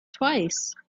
twice